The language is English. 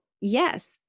yes